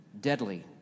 deadly